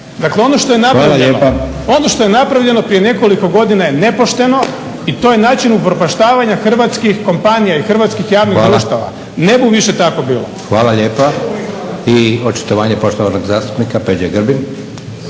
… ono što je napravljeno prije nekoliko godina je nepošteno i to je način upropaštavanja hrvatskih kompanija i hrvatskih javnih društava. … /Upadica: Hvala./ … Ne bu više tako bilo. **Leko, Josip (SDP)** Hvala lijepa. I očitovanje poštovanog zastupnika Peđe Grbina.